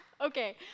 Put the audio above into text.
Okay